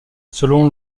selon